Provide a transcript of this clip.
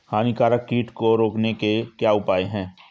हानिकारक कीट को रोकने के क्या उपाय हैं?